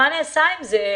מה נעשה עם זה?